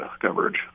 coverage